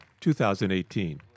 2018